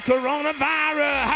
Coronavirus